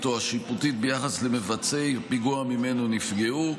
או השיפוטית ביחס לבצעי פיגוע שממנו נפגעו,